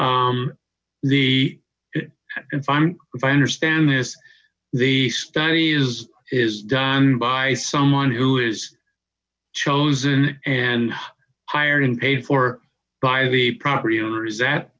the fine i understand this the study is is done by someone who is chosen and hired and paid for by the property owner